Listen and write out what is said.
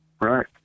right